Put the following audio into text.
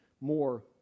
more